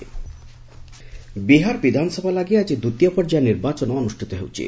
Bihar election Bihar ବିଧାନସଭା ଲାଗି ଆଜି ଦ୍ୱିତୀୟ ପର୍ଯ୍ୟାୟ ନିର୍ବାଚନ ଅନୁଷ୍ଠିତ ହେଉଛି